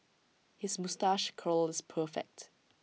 his moustache curl is perfect